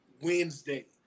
Wednesday